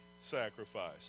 sacrifice